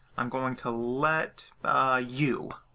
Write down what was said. i'm going to let u